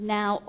Now